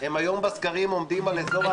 היום בסקרים הם עומדים על אזור העשרה מנדטים.